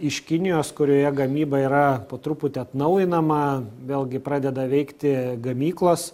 iš kinijos kurioje gamyba yra po truputį atnaujinama vėlgi pradeda veikti gamyklos